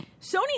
Sony